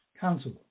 Council